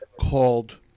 called